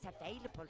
available